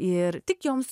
ir tik joms